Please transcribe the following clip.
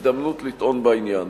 הזדמנות לטעון בעניין.